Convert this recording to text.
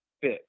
fit